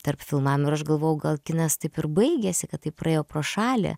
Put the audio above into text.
tarp filmavimų ir aš galvoju gal kinas taip ir baigėsi kad taip praėjo pro šalį